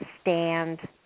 stand